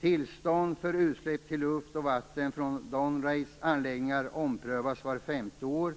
Tillstånden för utsläpp till luft och vatten från Dounreayanläggningen omprövas vart femte år.